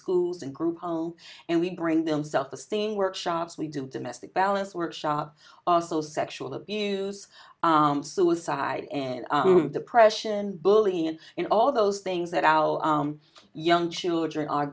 schools and group home and we bring them self esteem workshops we do domestic balance workshops also sexual abuse suicide and depression bullying you know all those things that our young children are